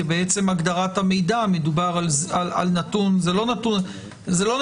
כי בעצם הגדרת המידע זה לא נתונים